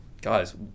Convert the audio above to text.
guys